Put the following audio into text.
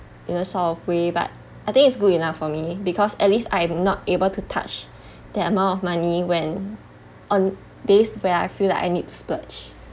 you know sort of way but I think it's good enough for me because at least I'm not able to touch that amount of money when on days where I feel like I need to splurge